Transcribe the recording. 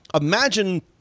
imagine